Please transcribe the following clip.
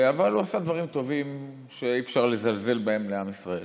אבל הוא עשה דברים טובים שאי-אפשר לזלזל בהם לעם ישראל.